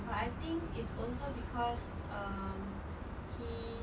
but I think it's also because um he